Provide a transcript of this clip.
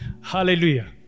hallelujah